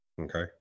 Okay